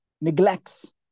neglects